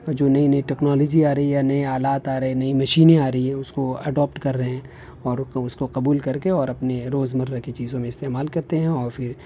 اور جو نئی نئی ٹیکنالوجی آ رہی ہے یا نئے آلات آ رہے نئی مشینیں آ رہی ہیں اس کو ایڈاپٹ کر رہے ہیں اور اس کو قبول کر کے اور اپنے روز مرہ کی چیزوں میں استعمال کرتے ہیں اور پھر